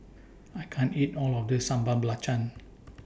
I can't eat All of This Sambal Belacan